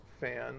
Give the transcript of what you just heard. fan